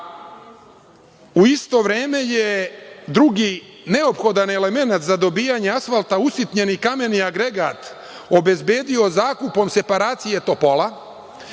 u isto vreme je drugi neophodan elemenat za dobijanje asfalta usitnjeni kameni agregat obezbedio zakupom separacije Topola,